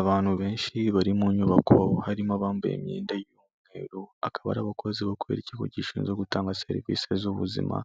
Abantu benshi bari mu nyubako harimo abambaye imyenda y'umweru akaba ari abakozi bo kubera ikigo gishinzwe gutanga serivisi z'ubuzima